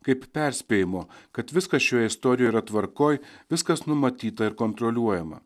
kaip perspėjimo kad viskas šioje istorijoje yra tvarkoj viskas numatyta ir kontroliuojama